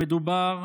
מדובר